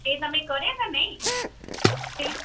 એ તમે કર્યાં કે નહીં